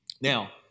Now